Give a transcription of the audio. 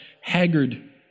haggard